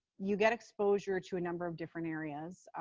you get exposure to a number of different areas.